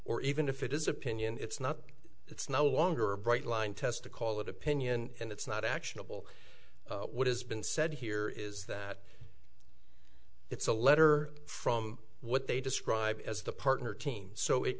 or even if it is opinion it's not it's no longer a bright line test to call it opinion and it's not actionable what has been said here is that it's a letter from what they describe as the partner team so it